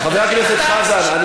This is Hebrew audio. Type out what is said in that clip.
חבר הכנסת חזן, די.